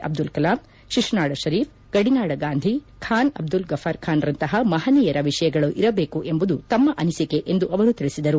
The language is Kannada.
ಅಬ್ದುಲ್ ಕಲಾಂ ಶಿಶುನಾಳ ಷರೀಫ್ ಗಡಿನಾಡ ಗಾಂಧಿ ಖಾನ್ ಅಬ್ದುಲ್ ಗಫಾರ್ ಖಾನ್ರಂತಹ ಮಹನೀಯರ ವಿಷಯಗಳು ಇರಬೇಕು ಎಂಬುದು ತಮ್ಮ ಅನಿಸಿಕೆ ಎಂದು ಅವರು ತಿಳಿಸಿದರು